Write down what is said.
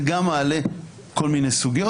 זה גם מעלה כל מיני סוגיות.